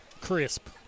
crisp